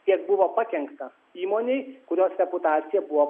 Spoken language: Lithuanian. kiek buvo pakenkta įmonei kurios reputacija buvo